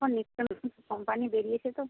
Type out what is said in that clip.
সব নিত্য কোম্পানি বেরিয়েছে তো